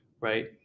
Right